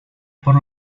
por